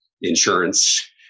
insurance